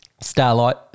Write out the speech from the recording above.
starlight